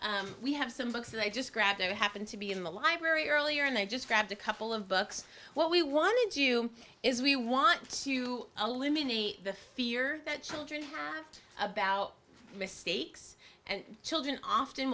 we have some books that i just grabbed i happened to be in the library earlier and i just grabbed a couple of books what we want to do is we want to eliminate the fear that children have about mistakes and children often